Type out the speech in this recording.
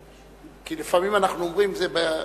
כי לפעמים אנחנו אומרים: חביבי,